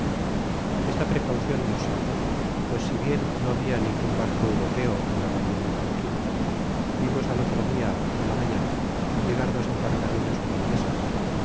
esta precaucion nos salvó pues si bien no habia ningun barco europeo en la bahia de tonquin vimos al otro dia por la mañana llegar dosembarcaciones holandesas